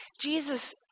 Jesus